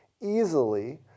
easily